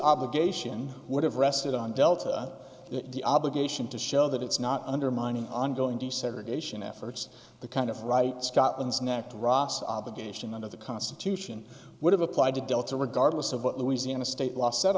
obligation would have rested on delta the obligation to show that it's not undermining ongoing desegregation efforts the kind of right scotland's next ross obligation under the constitution would have applied to delta regardless of what louisiana state law sa